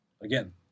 Again